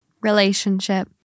Relationship